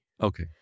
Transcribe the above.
Okay